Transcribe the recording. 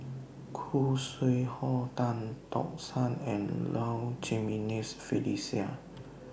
Khoo Sui Hoe Tan Tock San and Low Jimenez Felicia